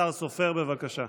השר סופר, בבקשה.